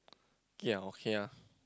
ya okay ah